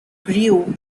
grew